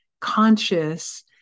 conscious